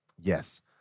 yes